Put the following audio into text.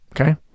okay